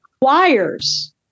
requires